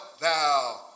thou